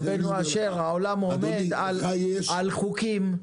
רבינו אשר, העולם עומד על חוקים,